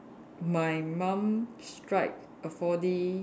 my mum strike a four D